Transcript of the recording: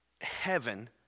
heaven